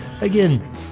again